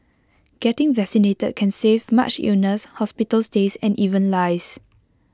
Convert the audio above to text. getting vaccinated can save much illness hospital stays and even lies